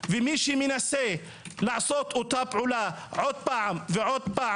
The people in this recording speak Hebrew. ומי שמנסה לעשות אותה פעולה שוב ושוב,